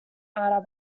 ada